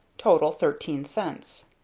total thirteen cents.